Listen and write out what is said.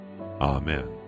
Amen